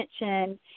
mention